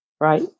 right